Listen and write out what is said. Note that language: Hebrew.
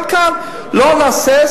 גם כאן אנחנו לא נהסס,